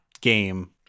game